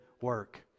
work